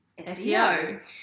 SEO